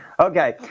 Okay